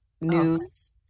news